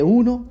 uno